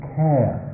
care